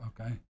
Okay